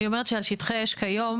לימור סון הר מלך (עוצמה יהודית): אני אומרת שכיום